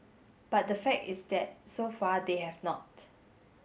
but the fact is that so far they have not